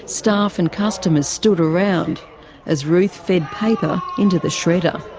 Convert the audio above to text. staff and customers stood around as ruth fed paper into the shredder.